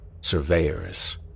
surveyors